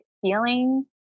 feeling